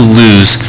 lose